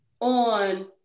on